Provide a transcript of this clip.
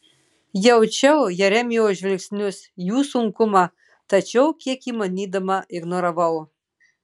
jaučiau jeremijo žvilgsnius jų sunkumą tačiau kiek įmanydama ignoravau